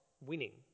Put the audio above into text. winning